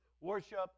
worship